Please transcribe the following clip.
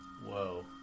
Whoa